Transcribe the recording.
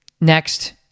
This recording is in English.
Next